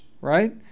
right